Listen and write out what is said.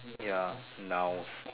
ya nouns